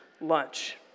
lunch